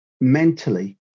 mentally